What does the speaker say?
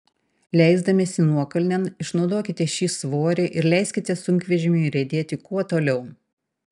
leisdamiesi nuokalnėn išnaudokite šį svorį ir leiskite sunkvežimiui riedėti kuo toliau